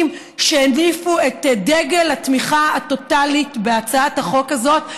שהניפו את דגל התמיכה הטוטלית בהצעת החוק הזאת.